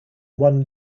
one